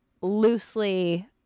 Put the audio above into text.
loosely